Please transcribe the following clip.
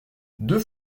deux